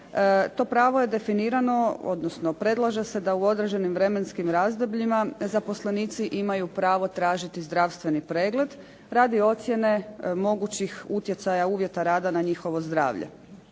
To pravo je definirano odnosno predlaže se da u određenim vremenskim razdobljima zaposlenici imaju pravo tražiti zdravstveni pregled radi ocjene mogućih utjecaja uvjeta rada na njihovo zdravlje.